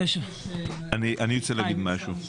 אני רוצה להגיד משהו.